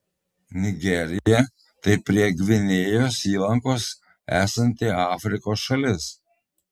nigerija tai prie gvinėjos įlankos esanti afrikos šalis